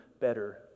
better